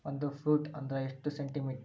ಒಂದು ಫೂಟ್ ಅಂದ್ರ ಎಷ್ಟು ಸೆಂಟಿ ಮೇಟರ್?